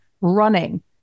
running